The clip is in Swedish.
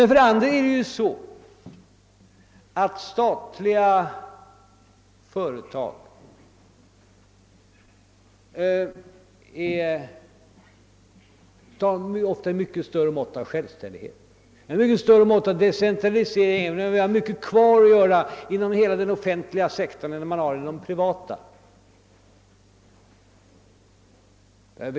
För det andra har statliga företag ofta ett mycket större mått av självständighet och decentralisering, även om mycket återstår att göra, än man har inom den privata sektorn.